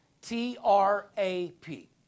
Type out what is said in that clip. T-R-A-P